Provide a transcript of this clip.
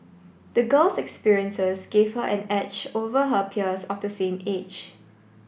the girl's experiences gave her an edge over her peers of the same age